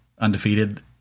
undefeated